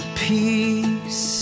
peace